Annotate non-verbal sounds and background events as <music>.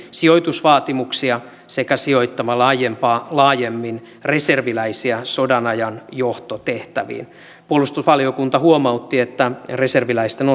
sijoitusvaatimuksia sekä sijoittamalla aiempaa laajemmin reserviläisiä sodanajan johtotehtäviin puolustusvaliokunta huomautti että reserviläisten <unintelligible>